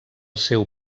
seu